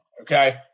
Okay